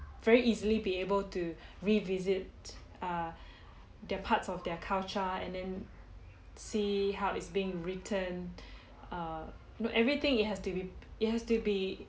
very easily be able to revisit err their parts of their culture and then see how is being returned err no everything it has to be it has to be